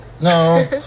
No